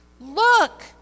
Look